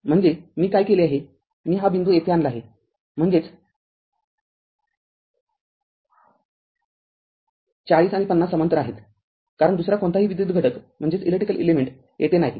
म्हणजे मी काय केले आहे मी हा बिंदू येथे आणला आहेम्हणजेच४० आणि ५० समांतर आहेत कारण दुसरा कोणताही विद्युत घटक येथे नाही